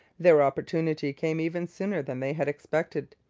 their opportunity came even sooner than they had expected.